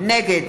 נגד